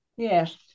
Yes